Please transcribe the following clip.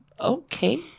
Okay